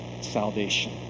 salvation